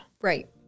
Right